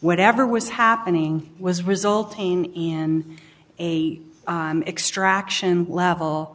whatever was happening was resulting in a extraction level